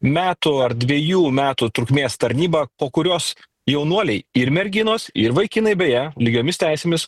metų ar dvejų metų trukmės tarnybą po kurios jaunuoliai ir merginos ir vaikinai beje lygiomis teisėmis